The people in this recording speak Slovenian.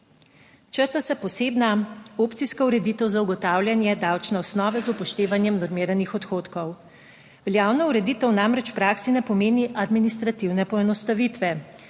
Črta se posebna opcijska ureditev za ugotavljanje davčne osnove z upoštevanjem normiranih odhodkov. Veljavna ureditev namreč v praksi ne pomeni administrativne poenostavitve